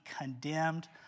condemned